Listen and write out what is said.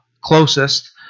closest